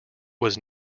was